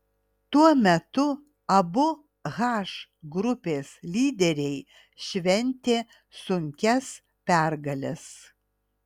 tuo metu abu h grupės lyderiai šventė sunkias pergales